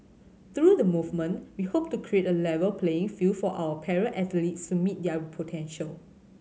through the movement we hope to create a level playing field for our para athletes to meet their potential